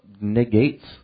negates